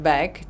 Back